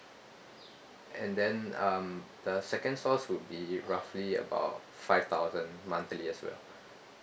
and then um the second source will be roughly about five thousand monthly as well